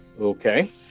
Okay